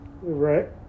Right